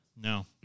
No